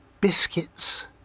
biscuits